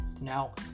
Now